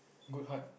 good heart